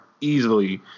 easily